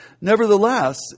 Nevertheless